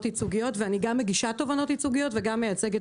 ייצוגיות ואני גם מגישה תובענות ייצוגיות וגם מייצגת